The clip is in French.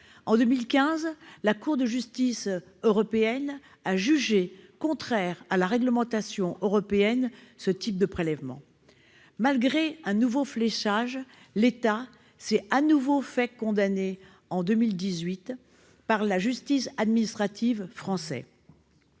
En 2015, la Cour de justice de l'Union européenne a jugé contraire à la réglementation européenne ce type de prélèvements. Malgré un nouveau fléchage, l'État s'est de nouveau fait condamner en 2018 par la justice administrative française.